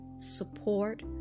support